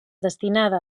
destinada